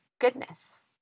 goodness